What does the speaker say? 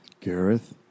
Gareth